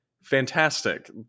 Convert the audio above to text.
fantastic